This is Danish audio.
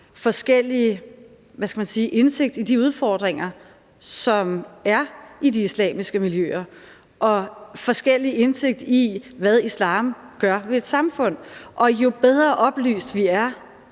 forskellig indsigt i de udfordringer, der er med de islamiske miljøer, og forskellig indsigt i, hvad islam gør ved et samfund. Jo bedre oplyst vi er,